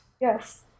Yes